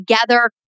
together